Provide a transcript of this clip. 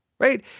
Right